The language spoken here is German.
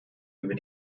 über